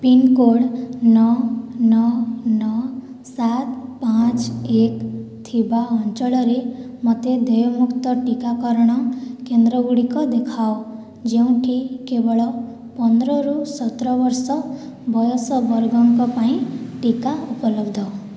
pincode ନଅ ନଅ ନଅ ସାତ ପାଞ୍ଚ ଏକ ଥିବା ଅଞ୍ଚଳରେ ମୋତେ ଦେୟମୁକ୍ତ ଟିକାକରଣ କେନ୍ଦ୍ରଗୁଡ଼ିକ ଦେଖାଅ ଯେଉଁଠି କେବଳ ପନ୍ଦରରୁ ସତର ବର୍ଷ ବୟସ ବର୍ଗଙ୍କ ପାଇଁ ଟିକା ଉପଲବ୍ଧ